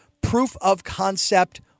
proof-of-concept